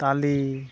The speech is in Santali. ᱛᱟᱞᱮ